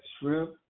shrimp